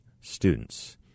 students